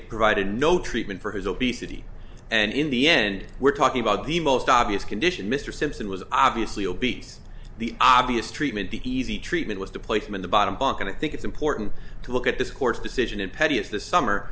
provided no treatment for his obesity and in the end we're talking about the most obvious condition mr simpson was obviously obese the obvious treatment the easy treatment was to place him in the bottom bunk and i think it's important to look at this court's decision and pettiest this summer